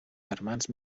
germans